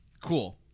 cool